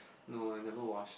no I never wash